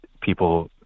people